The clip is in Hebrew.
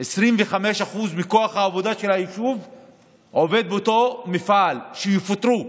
25% מכוח העבודה של היישוב עובד באותו מפעל ויפוטרו.